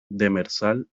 demersal